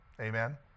Amen